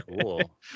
cool